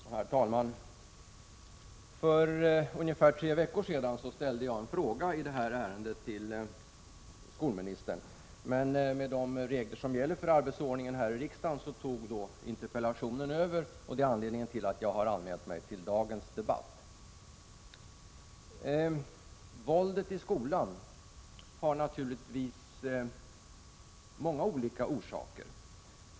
Herr talman! För ungefär tre veckor sedan ställde jag en fråga i detta ärende till skolministern, men med de regler som gäller för arbetsordningen i riksdagen tog den interpellation som därefter framställdes över, och det är anledningen till att jag har anmält mig till dagens debatt. Våldet i skolan har naturligtvis många olika orsaker.